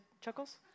chuckles